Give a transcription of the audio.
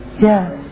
Yes